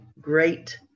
great